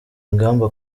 ingamba